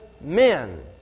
men